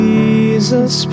Jesus